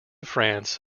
france